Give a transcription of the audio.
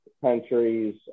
countries